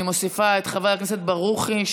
אני מוסיפה את חבר הכנסת ברוכי,